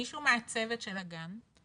מישהו מהצוות של הגן,